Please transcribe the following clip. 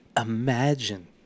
imagine